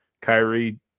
Kyrie